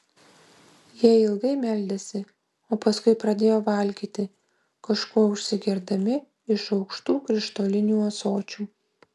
jie ilgai meldėsi o paskui pradėjo valgyti kažkuo užsigerdami iš aukštų krištolinių ąsočių